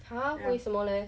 !huh! 为什么 leh